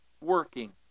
working